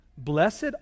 Blessed